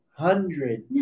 hundred